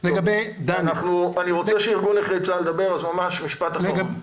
אני רוצה שארגון נכי צה"ל ידבר אז ממש משפט אחרון.